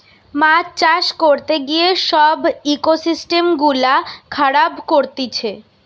মাছ চাষ করতে গিয়ে সব ইকোসিস্টেম গুলা খারাব করতিছে